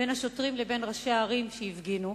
בין השוטרים לבין ראשי הערים שהפגינו?